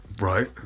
Right